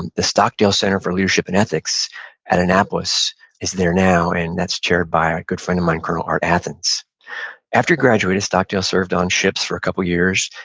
and the stockdale center for leadership and ethics at annapolis is there now, and that's chaired by a good friend of mine, colonel art athens after he graduated, stockdale served on ships for a couple years,